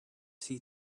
see